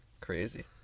Crazy